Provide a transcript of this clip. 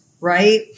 right